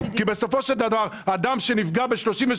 כי בסופו של דבר אדם נפגע ב-37%.